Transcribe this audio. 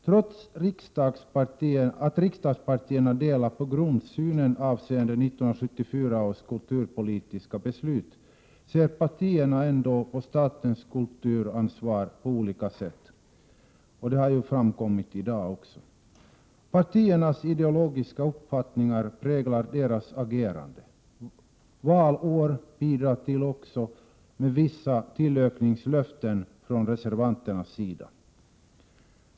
Trots att riksdagspartierna delar grundsynen avseende 1974 års kulturpolitiska beslut ser partierna ändå på olika sätt på statens kulturansvar. Det har också framkommit i dag. Partiernas ideologiska uppfattningar präglar deras agerande. Valåret bidrar också till vissa tillökningslöften från reservanternas sida.